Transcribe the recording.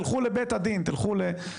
תלכו לבית הדין ובסוף,